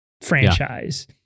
franchise